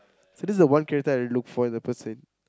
so this one of the character I look forward in the phase